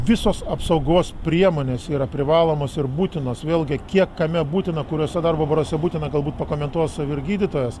visos apsaugos priemonės yra privalomos ir būtinos vėlgi kiek kame būtina kuriose darbo baruose būtina galbūt pakomentuos vyr gydytojas